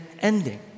ending